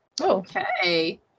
Okay